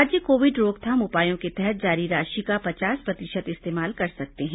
राज्य कोविड रोकथाम उपायों के तहत जारी राशि का पचास प्रतिशत इस्तेमाल कर सकते हैं